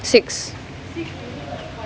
six